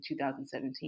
2017